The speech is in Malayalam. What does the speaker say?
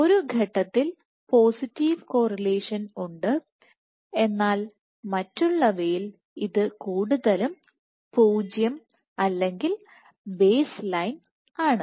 ഒരു ഘട്ടത്തിൽ പോസിറ്റീവ് കോറിലേഷൻഉണ്ട് എന്നാൽ മറ്റുള്ളവയിൽ ഇത് കൂടുതലും 0 അല്ലെങ്കിൽ ബേസ്ലൈൻ ആണ്